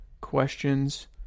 questions